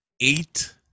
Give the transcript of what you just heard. eight